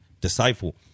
disciple